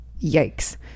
Yikes